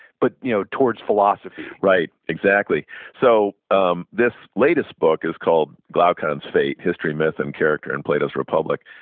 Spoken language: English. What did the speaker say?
but you know towards philosophy right, exactly. so um this latest book is called glaucon's fate history, myth, and character in plato's republic,